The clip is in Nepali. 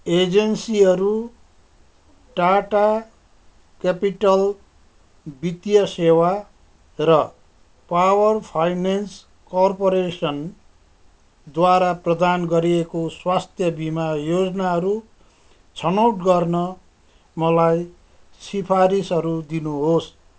एजेन्सीहरू टाटा क्यापिटल वित्तिय सेवा र पावर फाइनेन्स कर्पोरेसनद्वारा प्रदान गरिएको स्वास्थ्य बिमा योजनाहरू छनौट गर्न मलाई सिफारिसहरू दिनुहोस्